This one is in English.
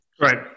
Right